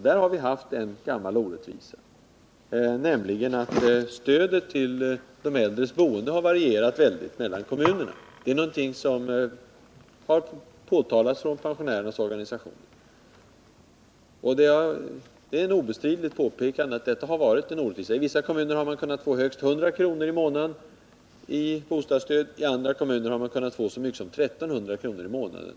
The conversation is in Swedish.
Där har vi haft en gammal orättvisa, nämligen att stödet till de äldres boende har varierat väldigt mellan kommunerna. Det är obestridligt. Detta har också påtalats av pensionärernas organisationer. I vissa kommuner har man kunnat få högst 100 kr. i månaden i bostadsstöd, i andra kommuner har man kunnat få upp till I 300 kr. i månaden.